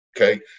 okay